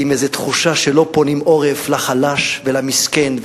עם איזו תחושה שלא מפנים עורף לחלש ולמסכן,